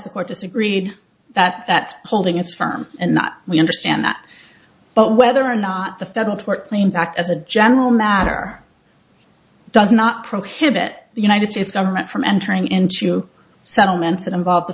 the court disagreed that that holding is firm and not we understand that but whether or not the federal tort claims act as a general matter does not prohibit the united states government from entering into settlements that involve the